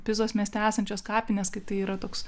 pizos mieste esančios kapinės kai tai yra toks